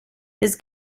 his